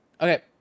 Okay